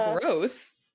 gross